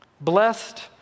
Blessed